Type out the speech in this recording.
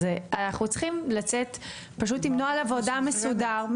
עם נוהל עבודה מסודר,